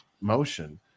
motion